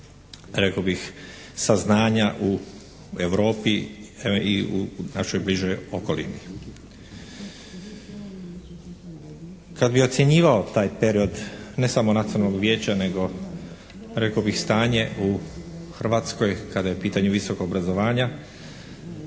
rekao bih saznanja u Europi i u našoj bližoj okolini. Kad bi ocjenjivao taj period ne samo Nacionalnog vijeća nego rekao bih stanje u Hrvatskoj kada je u pitanju visokog obrazovanja